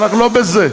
אנחנו לא בזה.